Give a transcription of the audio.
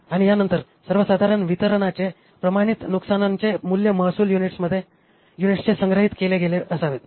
आणि यानंतर सर्वसाधारण वितरणाचे प्रमाणित नुकसानांचे मूल्य महसूल युनिट्सचे संग्रहित केले गेले असावेत